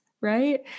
right